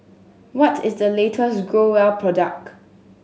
what is the latest Growell product